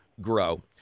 grow